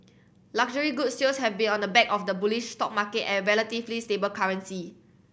luxury goods sales have been on the back of the bullish stock market and relatively stable currency